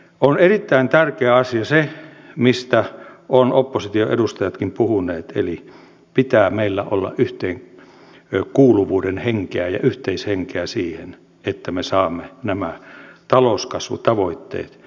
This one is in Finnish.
on erittäin tärkeä asia se mistä ovat oppositionkin edustajat puhuneet että meillä pitää olla yhteenkuuluvuuden henkeä ja yhteishenkeä siihen että me saamme nämä talouskasvutavoitteet toteutettua